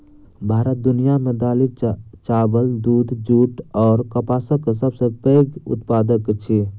भारत दुनिया मे दालि, चाबल, दूध, जूट अऔर कपासक सबसे पैघ उत्पादक अछि